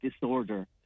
disorder